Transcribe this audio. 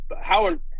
Howard